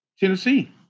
Tennessee